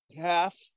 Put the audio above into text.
half